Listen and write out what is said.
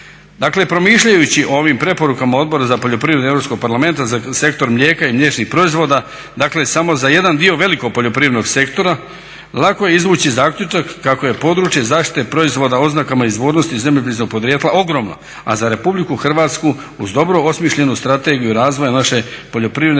Dakle, promišljajući o ovim preporukama Odbora za poljoprivredu Europskog parlamenta za Sektor mlijeka i mliječnih proizvoda, dakle samo za jedan dio velikog poljoprivrednog sektora lako je izvući zaključak kako je područje zaštite proizvoda o oznakama izvornosti i zemljopisnog podrijetla ogromno, a za Republiku Hrvatsku uz dobro osmišljenu Strategiju razvoja naše poljoprivredne